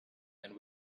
and